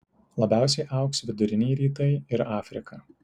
labiausiai augs viduriniai rytai ir afrika